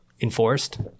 enforced